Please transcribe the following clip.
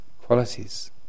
qualities